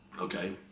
okay